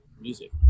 music